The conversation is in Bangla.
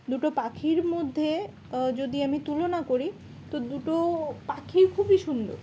দুটো পাখির মধ্যে যদি আমি তুলনা করি তো দুটো পাখি খুবই সুন্দর